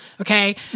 okay